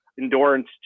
endurance